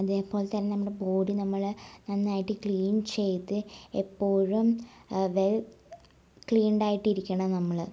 അതേപോലെ തന്നെ നമ്മുടെ ബോഡി നമ്മൾ നന്നായിട്ട് ക്ലീൻ ചെയ്ത് എപ്പോഴും വെൽ ക്ലീൻഡ് ആയിട്ടിരിക്കണം നമ്മൾ